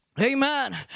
Amen